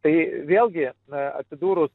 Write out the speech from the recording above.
tai vėlgi n atsidūrus